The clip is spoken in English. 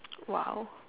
!wow!